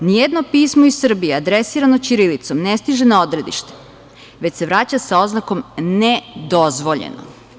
Nijedno pismo iz Srbije adresirano ćirilicom ne stiže na odredište, već se vraća sa oznakom „nedozvoljeno“